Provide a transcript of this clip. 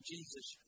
Jesus